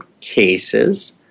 cases